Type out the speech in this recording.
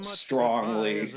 strongly